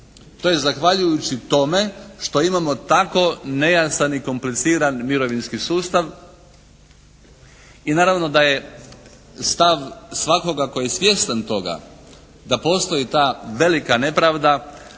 To je zahvaljujući tome što imamo tako nejasan i kompliciran mirovinski sustav i naravno da je stav svakoga tko je svjestan toga da postoji ta velika nepravda,